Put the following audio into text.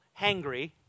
hangry